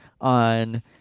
on